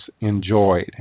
enjoyed